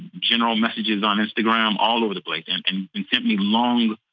general messages on instagram, all over the place and and and sent me long,